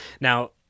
Now